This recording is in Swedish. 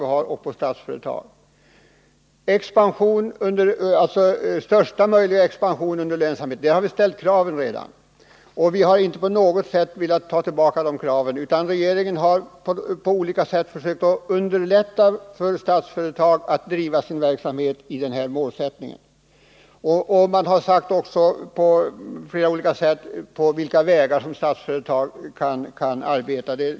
Vi har redan krävt största möjliga expansion och lönsamhet. Vi har inte tagit tillbaka de kraven. Regeringen har i stället på olika sätt försökt underlätta för Statsföretag att driva sin verksamhet med denna målsättning, och man har angivit på vilka vägar Statsföretag kan arbeta.